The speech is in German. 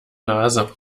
nase